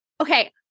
okay